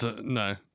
no